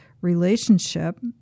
relationship